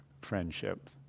friendship